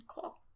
cool